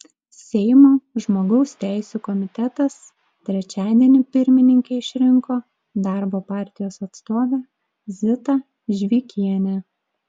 seimo žmogaus teisių komitetas trečiadienį pirmininke išrinko darbo partijos atstovę zitą žvikienę